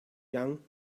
young